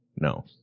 No